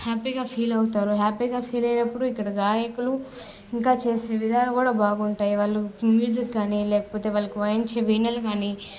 హ్యాపీగా ఫీల్ అవుతారు హ్యాపీగా ఫీల్ అయినప్పుడు ఇక్కడ గాయకులు ఇంకా చేసే విధాలు కూడా బాగుంటాయి వాళ్ళు మ్యూజిక్ కానీ లేకపోతే వాళ్ళు వాయించే వీణలు కానీ